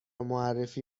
معرفی